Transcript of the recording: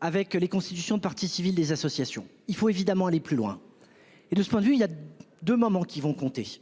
avec les constitutions de parties civiles, des associations, il faut évidemment aller plus loin et de ce point de vue il y a 2 moments qui vont compter.